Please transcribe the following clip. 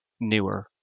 newer